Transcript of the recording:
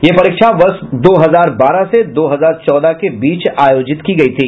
ये परीक्षा वर्ष दो हजार बारह से दो हजार चौदह के बीच आयोजित की गयी थी